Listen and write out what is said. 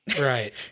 Right